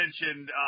mentioned